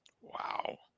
Wow